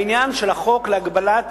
העניין של החוק להגבלת